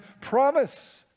promise